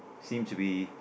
seems to be